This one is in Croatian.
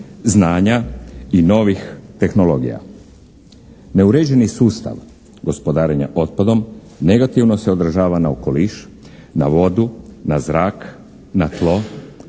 i novih tehnologija. Neuređeni sustav gospodarenja otpadom negativno se održava na okoliš, na vodu, na zrak, na tlo,